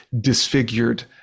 disfigured